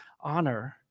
honor